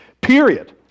period